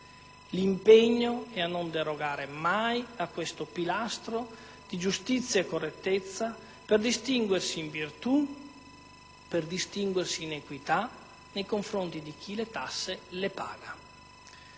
L'impegno è a non derogare mai a questo pilastro di giustizia e correttezza per distinguersi in virtù ed equità nei confronti di chi le tasse le paga.